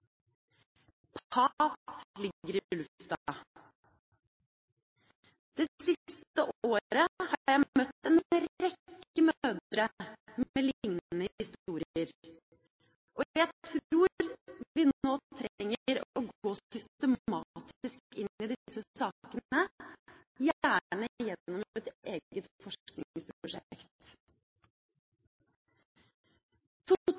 ligger i lufta. Det siste året har jeg møtt en rekke mødre med lignende historier, og jeg tror vi nå trenger å gå systematisk inn i disse sakene, gjerne gjennom et eget